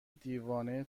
دیوانه